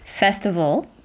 festival